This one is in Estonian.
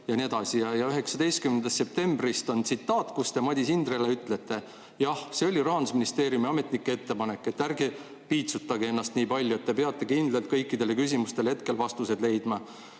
19. septembrist on tsitaat, kus te Madis Hindrele ütlete: "Jah, see oli rahandusministeeriumi ametnike ettepanek, et ärge piitsutage ennast nii palju, et te peate kindlalt kõikidele küsimustele hetkel vastused leidma,